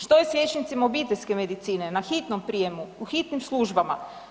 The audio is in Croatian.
Što je s liječnicima obiteljske medicine, na hitnom prijemu, u hitnim službama?